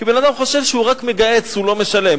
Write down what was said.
כי בן-אדם חושב שהוא רק מגהץ, הוא לא משלם.